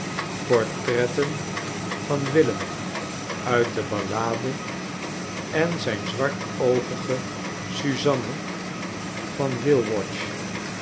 portretten van willem uitde ballade en zyn zwartoogige susanne van will watch